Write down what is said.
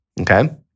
Okay